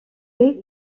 est